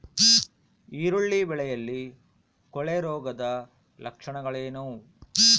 ಈರುಳ್ಳಿ ಬೆಳೆಯಲ್ಲಿ ಕೊಳೆರೋಗದ ಲಕ್ಷಣಗಳೇನು?